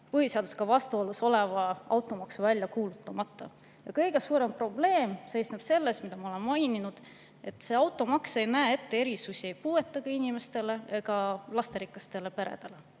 põhiseadusega vastuolus oleva automaksu välja kuulutamata. Kõige suurem probleem seisneb selles, mida ma ka olen maininud, et see automaks ei näe ette erisusi puuetega inimestele ega lasterikastele peredele,